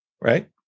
right